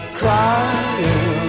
crying